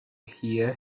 hear